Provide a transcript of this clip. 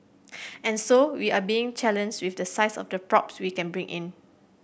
and so we are been challenges with the size of the props we can bring in